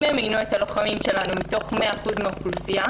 אם ימיינו את הלוחמים שלנו מתוך 100% מן האוכלוסייה